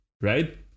Right